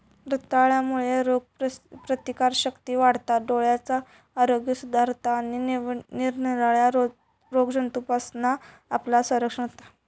रताळ्यांमुळे रोगप्रतिकारशक्ती वाढता, डोळ्यांचा आरोग्य सुधारता आणि निरनिराळ्या रोगजंतूंपासना आपला संरक्षण होता